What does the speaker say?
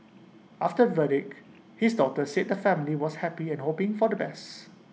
after verdict his daughter said the family was happy and hoping for the best